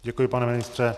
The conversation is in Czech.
Děkuji, pane ministře.